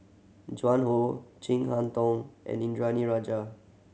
Joan Hon Chin Harn Tong and Indranee Rajah